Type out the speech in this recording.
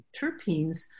terpenes